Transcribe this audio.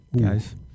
guys